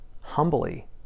humbly